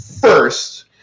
First